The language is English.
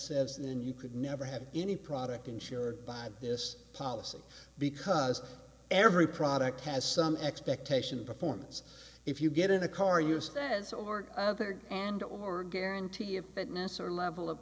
says then you could never have any product insured by this policy because every product has some expectation performance if you get in a car your status or other and or guarantee of fitness or level of